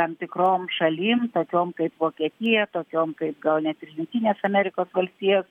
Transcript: tam tikrom šalim tokiom kaip vokietija tokiom kaip gal net ir jungtinės amerikos valstijos